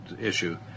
issue